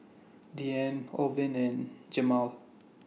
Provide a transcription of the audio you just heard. Deanne Orvin and Jemal